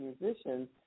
musicians